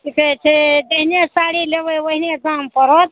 कि कहै छै जेहने साड़ी लेबै ओहने दाम पड़त